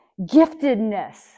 giftedness